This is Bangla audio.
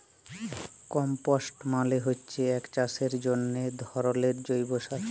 কম্পস্ট মালে হচ্যে এক চাষের জন্হে ধরলের জৈব সার